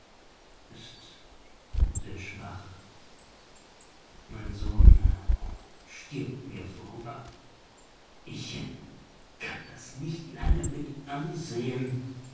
sehr schwach mein sohn stirbt mir vor hunger ich kann das nicht lange mit ansehen